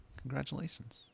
Congratulations